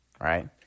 right